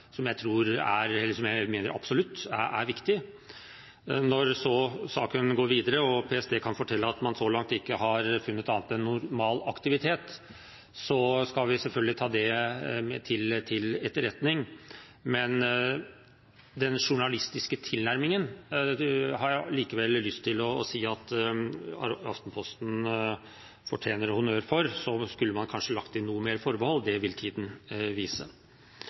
jeg absolutt mener er viktig. Når saken så går videre og PST kan fortelle at man så langt ikke har funnet noe annet enn normal aktivitet, skal vi selvfølgelig ta det til etterretning, men den journalistiske tilnærmingen har jeg likevel lyst å si at Aftenposten fortjener honnør for. Kanskje skulle man lagt inn flere forbehold – det vil tiden vise.